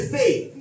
faith